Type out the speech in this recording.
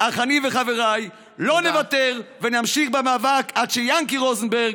אך אני וחבריי לא נוותר ונמשיך במאבק עד שיענקי רוזנברג,